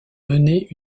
mené